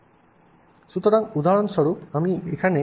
সুতরাং উদাহরণস্বরূপ আমি আপনাকে এখানে এটি প্রদর্শন করছি